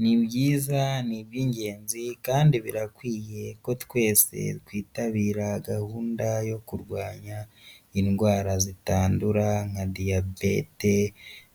Ni byiza n'iby'ingenzi kandi birakwiye ko twese twitabira gahunda yo kurwanya indwara zitandura nka diyabete,